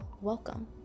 welcome